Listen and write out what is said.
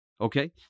Okay